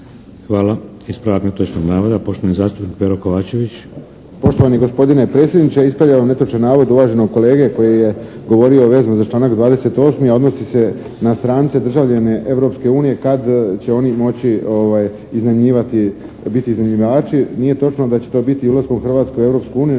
Hvala. Ispravak netočnog navoda poštovani zastupnik Pero Kovačević. **Kovačević, Pero (HSP)** Poštovani gospodine predsjedniče, ispravljam netočan navod uvaženog kolege koji je govorio vezano za članak 28. a odnosi se na strance državljane Europske unije kad će oni moći iznajmljivati, biti iznajmljivači. Nije točno da će to biti ulaskom Hrvatske u Europsku uniju,